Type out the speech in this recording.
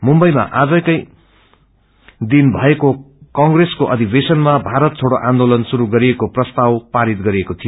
मुच्दईमा आजकै दिन भएको कंप्रेसको अधिवेशनमा भारत छोड्रो आन्दोलन श्रुस गरिने प्रस्ताव पारित गरिएको थियो